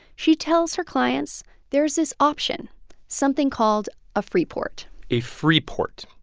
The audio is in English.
she tells her clients there's this option something called a free port a free port,